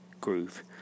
groove